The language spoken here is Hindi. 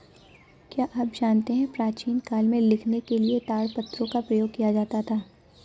क्या आप जानते है प्राचीन काल में लिखने के लिए ताड़पत्रों का प्रयोग किया जाता था?